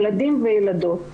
ילדים וילדות.